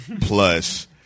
plus